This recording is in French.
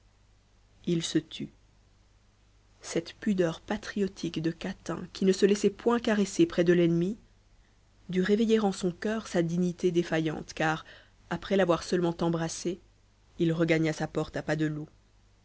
il se tut cette pudeur patriotique de catin qui ne se laissait point caresser près de l'ennemi dut réveiller en son coeur sa dignité défaillante car après l'avoir seulement embrassée il regagna sa porte à pas de loup